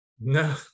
No